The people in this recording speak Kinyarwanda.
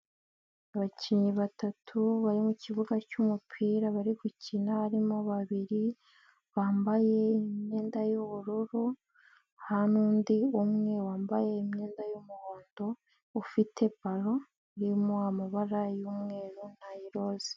Abakinnyi batatu bari mu kibuga cy'umupira bari gukina harimo babiri, bambaye imyenda y'ubururu. Hari nundi umwe wambaye imyenda y'umuhondo, ufite balo irimo amabara y'umweru n'ayiroza.